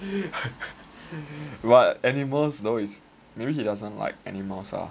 what animals though it's maybe he doesn't like aminals ah